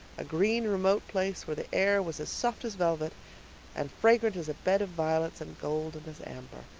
a green remote place where the air was as soft as velvet and fragrant as a bed of violets and golden as amber.